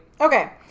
Okay